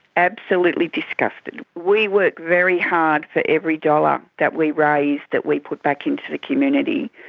absolutely disgusted. we work very hard for every dollar that we raise that we put back into the community,